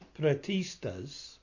Pratistas